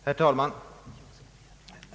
Herr talman!